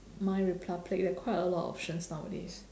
MyRepublic like quite a lot of options nowadays